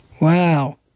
Wow